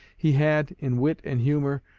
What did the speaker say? he had, in wit and humor,